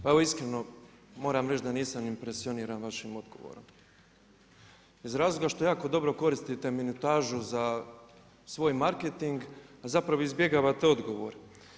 Pa evo iskreno moram reći da nisam impresioniran vašim odgovorom iz razloga što jako dobro koristite minutažu za svoj marketing a zapravo izbjegavate odgovor.